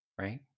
Right